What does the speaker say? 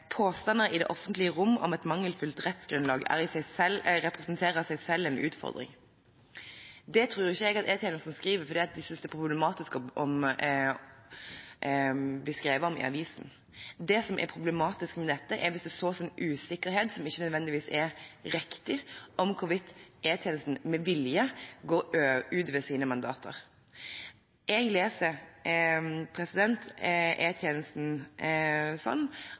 i det offentlige rom om et mangelfullt rettsgrunnlag i seg selv representerer en utfordring». Det tror ikke jeg at E-tjenesten skriver fordi de synes det er problematisk å bli skrevet om i avisen. Det som er problematisk med dette, er hvis det blir sådd en usikkerhet som ikke nødvendigvis er riktig om hvorvidt E-tjenesten med vilje går utover sitt mandat. Jeg leser